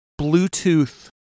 Bluetooth